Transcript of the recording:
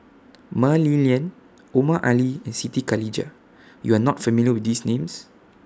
Mah Li Lian Omar Ali and Siti Khalijah YOU Are not familiar with These Names